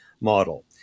model